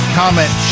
comment